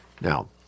Now